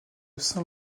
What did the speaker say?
saint